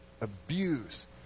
abuse